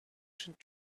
should